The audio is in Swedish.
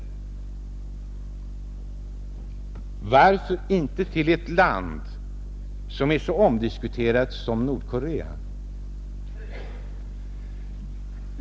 Varför inte till ett land som är så omdiskuterat som Nordkorea?